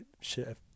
shift